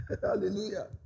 hallelujah